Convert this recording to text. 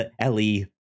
Ellie